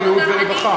רווחה ובריאות.